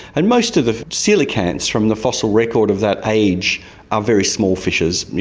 and most of the coelacanths from the fossil record of that age are very small fishes,